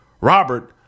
Robert